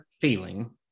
feeling